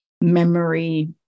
memory